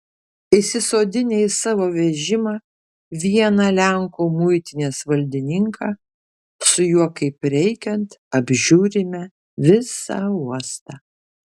įsisodinę į savo vežimą vieną lenkų muitinės valdininką su juo kaip reikiant apžiūrime visą uostą